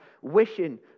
wishing